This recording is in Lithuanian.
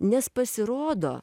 nes pasirodo